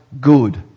good